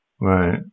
Right